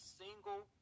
single